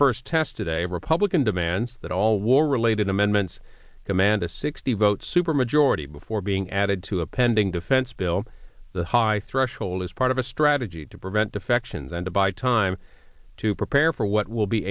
first test today republican demands that all war related amendments demand a sixty vote supermajority before being added to a pending defense bill the high threshold is part of a strategy to prevent defections and to buy time to prepare for what will be